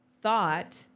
Thought